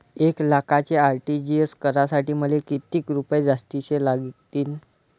एक लाखाचे आर.टी.जी.एस करासाठी मले कितीक रुपये जास्तीचे लागतीनं?